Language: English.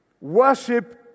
Worship